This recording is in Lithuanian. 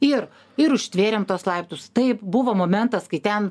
ir ir užtvėrėm tuos laiptus taip buvo momentas kai ten